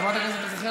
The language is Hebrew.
חברת הכנסת שרן השכל,